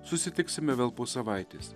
susitiksime vėl po savaitės